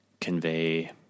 convey